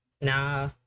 Nah